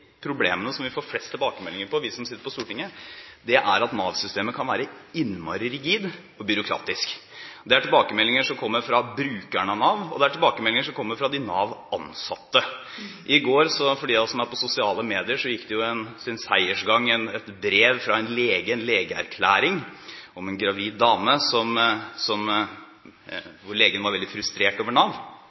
problemene som vi som sitter på Stortinget, får flest tilbakemeldinger på, er at Nav-systemet kan være innmari rigid og byråkratisk. Det er tilbakemeldinger som kommer fra brukerne av Nav, og det er tilbakemeldinger som kommer fra de Nav-ansatte. I går – for de av oss som er på sosiale medier – gikk et brev fra en lege, en legeerklæring, sin seiersgang, om en gravid dame hvor legen var veldig frustrert over Nav.